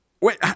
wait